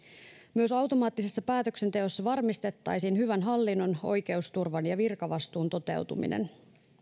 myös automaattisessa päätöksenteossa varmistettaisiin hyvän hallinnon oikeusturvan ja virkavastuun toteutuminen